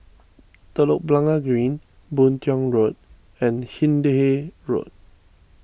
Telok Blangah Green Boon Tiong Road and Hindhede Road